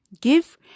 Give